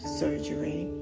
surgery